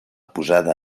posada